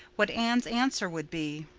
what anne's answer would be.